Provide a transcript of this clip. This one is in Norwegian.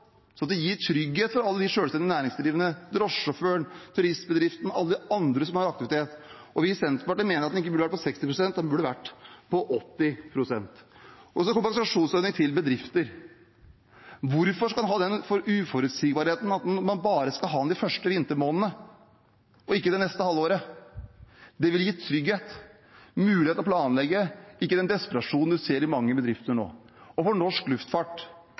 gir trygghet for alle de selvstendig næringsdrivende – drosjesjåføren, turistbedriften og alle de andre som har aktivitet. Vi i Senterpartiet mener at den ikke burde vært på 60 pst., men på 80 pst. Så til kompensasjonsordningen for bedrifter: Hvorfor skal man ha den uforutsigbarheten at man bare skal ha den de første vintermånedene og ikke det neste halve året? Det ville gitt trygghet, mulighet til å planlegge, og ikke den desperasjonen man ser i mange bedrifter nå. Norsk luftfart